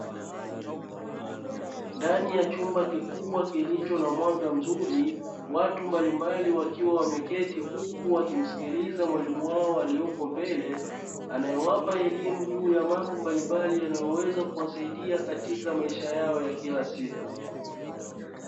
Ndani ya chumba kikubwa kilicho na mwanga mzuri watu wakiwa wameketi huku wakimsikiliza mwalimu wao aliyeko mbele, anayewapa elimu juu ya mambo mbalimbali yanayoweza kuwasaidia katika maisha yao ya kila siku.